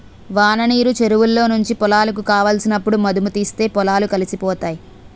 వాననీరు చెరువులో నుంచి పొలాలకు కావలసినప్పుడు మధుముతీస్తే పొలాలు కలిసిపోతాయి